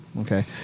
Okay